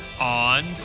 On